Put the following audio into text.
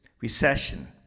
recession